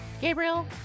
Gabriel